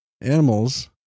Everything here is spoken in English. animals